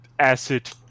acid